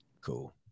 Cool